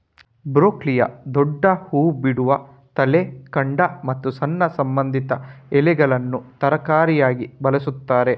ಬ್ರೊಕೊಲಿಯ ದೊಡ್ಡ ಹೂ ಬಿಡುವ ತಲೆ, ಕಾಂಡ ಮತ್ತು ಸಣ್ಣ ಸಂಬಂಧಿತ ಎಲೆಗಳನ್ನ ತರಕಾರಿಯಾಗಿ ಬಳಸ್ತಾರೆ